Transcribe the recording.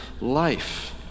life